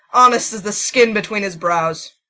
honest as the skin between his brows.